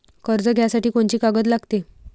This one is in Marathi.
कर्ज घ्यासाठी कोनची कागद लागते?